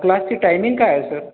क्लासची टाईमिंग काय आहे सर